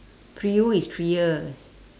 pre U is three years